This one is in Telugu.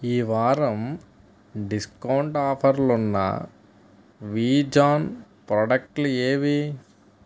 ఈవారం డిస్కౌంట్ ఆఫర్ లున్న వి జాన్ ప్రాడక్టులు ఏవి